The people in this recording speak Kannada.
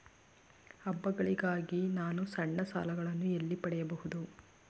ಹಬ್ಬಗಳಿಗಾಗಿ ನಾನು ಸಣ್ಣ ಸಾಲಗಳನ್ನು ಎಲ್ಲಿ ಪಡೆಯಬಹುದು?